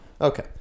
okay